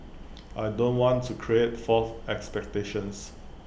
I don't want to create false expectations